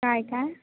काय काय